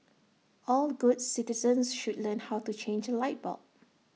all good citizens should learn how to change A light bulb